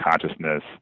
consciousness